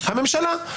הממשלה.